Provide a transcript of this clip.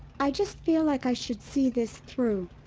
i just feel like i should see this through.